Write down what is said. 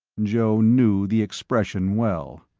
joe knew the expression well.